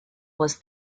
was